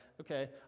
okay